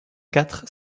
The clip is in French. quatre